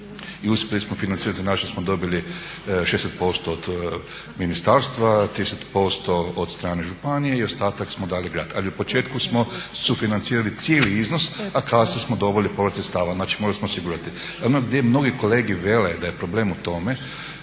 I uspjeli smo financirati i našli smo i dobili 60% od ministarstva, 30% od strane županije i ostatak smo dali grad. Ali u početku smo sufinancirali cijeli iznos, a kasnije smo dobili povrat sredstava. Znači, morali smo osigurati. Ima gdje mnogi kolege vele da je problem u tome